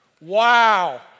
Wow